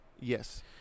Yes